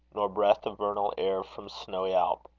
nor breath of vernal air from snowy alp.